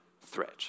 threat